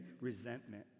resentment